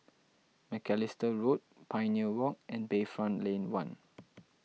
Macalister Road Pioneer Walk and Bayfront Lane one